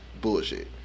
Bullshit